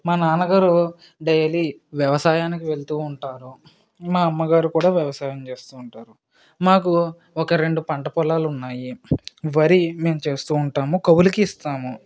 మా నాన్నగారు డైలీ వ్యవసాయానికి వెళుతు ఉంటారు మా అమ్మగారు కూడా వ్యవసాయం చేస్తు ఉంటారు మాకు ఒక రెండు పంట పొలాలు ఉన్నాయి వరి మేము చేస్తు ఉంటాము కౌలుకి ఇస్తాము